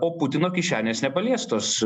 o putino kišenės nepaliestos